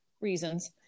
reasons